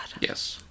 Yes